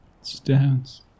stones